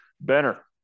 Benner